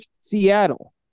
Seattle